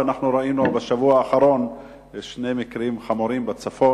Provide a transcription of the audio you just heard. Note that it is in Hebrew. בשבוע האחרון ראינו שני מקרים חמורים בצפון,